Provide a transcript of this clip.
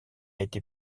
été